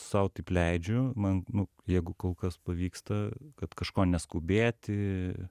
sau taip leidžiu man nu jeigu kol kas pavyksta kad kažko neskubėti